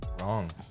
Wrong